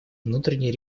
внутренней